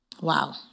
Wow